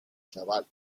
chaval